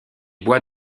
bois